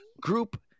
group